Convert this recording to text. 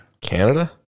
Canada